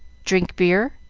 drink beer?